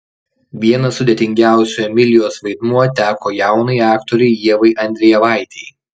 vienas sudėtingiausių emilijos vaidmuo teko jaunai aktorei ievai andrejevaitei